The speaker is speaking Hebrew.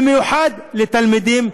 במיוחד לתלמידים,